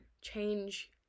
change